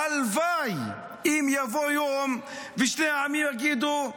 הלוואי שיבוא יום ששני העמים יגידו: